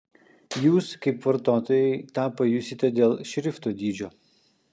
jūs kaip vartotojai tą pajusite dėl šrifto dydžio